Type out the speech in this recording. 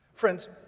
Friends